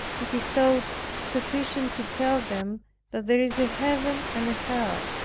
it is thought sufficient to tell them that there is a heaven and a hell